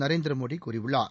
நரேந்திர மோடி கூறியுள்ளார்